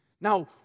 Now